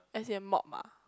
as in mop ah